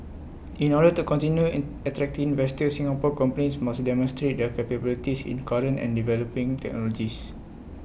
in order to continue an attracting investors Singapore companies must demonstrate their capabilities in current and developing technologies